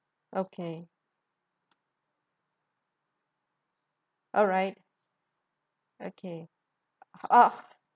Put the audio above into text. okay alright okay ah